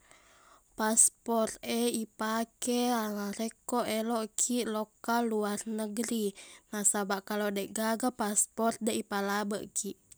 Paspor e ipake alarekko eloqkiq loqka luar negri nasabaq kalau deqgaga paspor deq ipalabekkiq